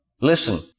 Listen